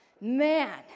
Man